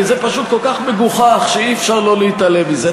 כי זה פשוט כל כך מגוחך שאי-אפשר לא להתעלם מזה.